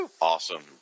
Awesome